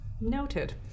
Noted